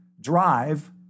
drive